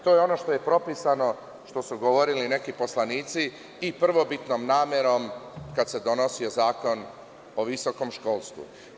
To je ono što je propisano, što su govorili neki poslanici i prvobitnom namerom kad se donosio zakon o visokom školstvu.